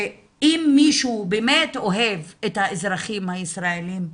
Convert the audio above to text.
אם מישהו באמת אוהב את האזרחים הישראלים,